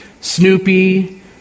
Snoopy